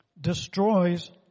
destroys